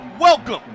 Welcome